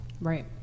Right